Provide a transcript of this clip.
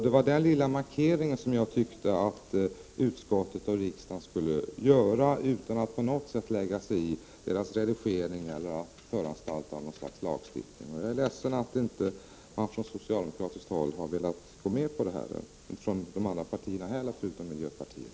Det var den lilla markering som jag tyckte att riksdagen och utskottet skulle göra, utan att på något sätt lägga sig i tidningarnas redigering eller föranstalta om något slags lagstiftning. Jag är ledsen över att man inte velat gå med på detta från socialdemokratiskt håll och att de andra partierna utom miljöpartiet inte heller gått med på det.